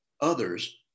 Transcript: others